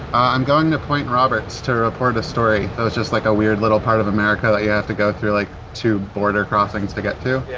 i'm going to point roberts to report a story. that was just like a weird little part of america that you have to go through, like two border crossings to get to. yeah